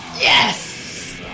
Yes